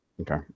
Okay